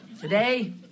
Today